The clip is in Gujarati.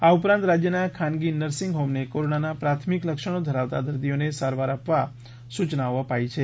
આ ઉપરાંત રાજયના ખાનગી નર્સીંગ હોમને કોરોનાના પ્રાથમિક લક્ષણો ધરાવતા દર્દીઓને સારવાર આપવા સૂચનાઓ અપાઈ છે